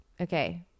okay